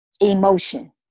emotion